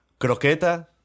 croqueta